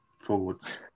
forwards